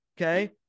Okay